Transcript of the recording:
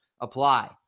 apply